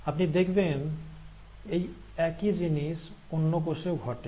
আপনি দেখবেন এই একই জিনিস অন্য কোষেও ঘটে